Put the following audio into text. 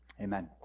Amen